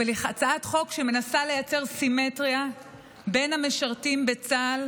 אבל היא הצעת חוק שמנסה לייצר סימטריה בין המשרתים בצה"ל